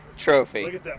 Trophy